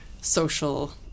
social